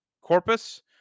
Corpus